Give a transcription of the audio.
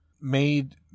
made